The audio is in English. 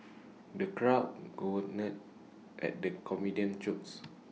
the crowd at the comedian's jokes